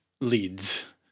leads